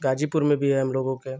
गाजीपुर में भी है हम लोगों के